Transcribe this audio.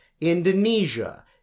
Indonesia